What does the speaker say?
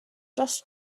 dros